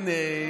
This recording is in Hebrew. הינה,